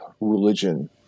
religion